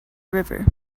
river